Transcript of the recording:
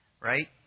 right